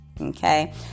okay